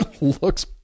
looks